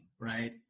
Right